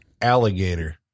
Alligator